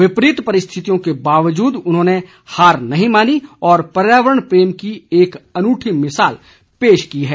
विपरीत परिस्थितियों के बावजूद उन्होंने हार नहीं मानी और पर्यावरण प्रेम की एक अनूठी मिसाल पेश की है